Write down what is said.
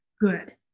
good